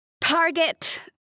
Target